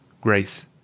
Grace